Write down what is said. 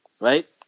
Right